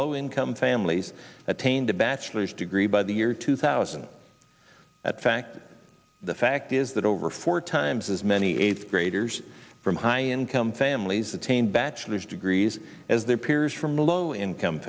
low income families attained a bachelor's degree by the year two thousand that fact the fact is that over four times as many eighth graders from high income families attain bachelor's degrees as their peers from low income